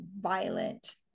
violent